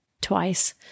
twice